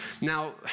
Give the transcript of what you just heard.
Now